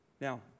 Now